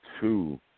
two